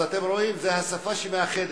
אז אתם רואים, זאת השפה שמאחדת.